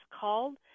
called